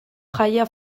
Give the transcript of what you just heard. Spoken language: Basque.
jaia